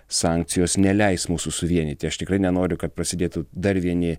sankcijos neleis mūsų suvienyti aš tikrai nenoriu kad prasidėtų dar vieni